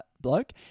bloke